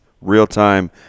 real-time